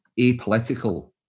apolitical